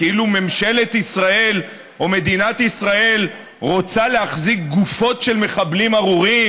כאילו ממשלת ישראל או מדינת ישראל רוצה להחזיק גופות של מחבלים ארורים?